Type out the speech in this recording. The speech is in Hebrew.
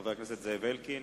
חבר הכנסת זאב אלקין.